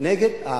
נגד הערבים,